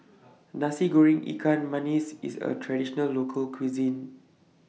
Nasi Goreng Ikan Masin IS A Traditional Local Cuisine